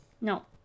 No